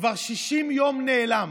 כבר 60 יום, נעלם.